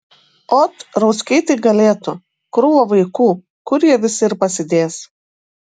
ot rauckiai tai galėtų krūva vaikų kur jie visi ir pasidės